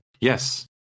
Yes